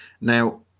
now